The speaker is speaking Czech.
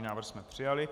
Návrh jsme přijali.